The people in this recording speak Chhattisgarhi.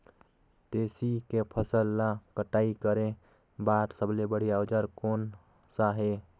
तेसी के फसल ला कटाई करे बार सबले बढ़िया औजार कोन सा हे?